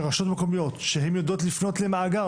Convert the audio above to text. רשויות מקומיות שהן יודעות לפנות למאגר,